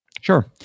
Sure